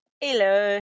Hello